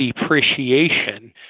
depreciation